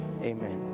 Amen